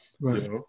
Right